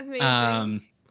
Amazing